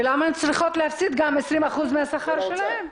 ולמה הן צריכות להפסיד 20% מהשכר שלהן?